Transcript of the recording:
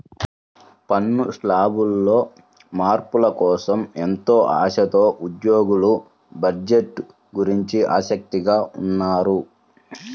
పన్ను శ్లాబుల్లో మార్పుల కోసం ఎంతో ఆశతో ఉద్యోగులు బడ్జెట్ గురించి ఆసక్తిగా ఉన్నారు